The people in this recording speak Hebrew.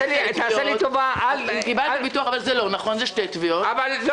זה שתי תביעות.